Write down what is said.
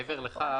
מעבר לכך,